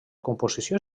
composició